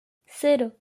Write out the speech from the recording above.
cero